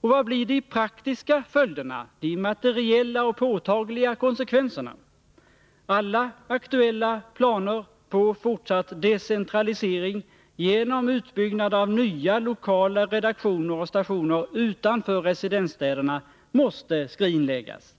Och vad blir de praktiska följderna, de materiella och påtagliga konsekvenserna? 121 Alla aktuella planer på fortsatt decentralisering genom utbyggnad av nya lokala redaktioner och stationer utanför residensstäderna måste skrinläggas.